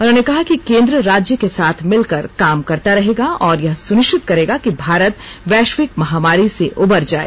उन्होंने कहा कि केन्द्र राज्य के साथ मिलकर काम करता रहेगा और यह सुनिश्चित करेगा कि भारत वैश्विक महामारी से उबर जाए